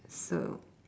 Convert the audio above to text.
so